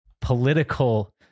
political